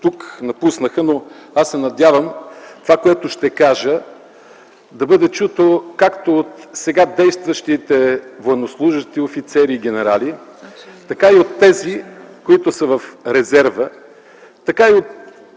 тук, напуснаха. Но аз се надявам това, което ще кажа, да бъде чуто както от сега действащите военнослужещи, офицери и генерали, така и от тези, които са в резерва, така и от